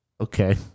Okay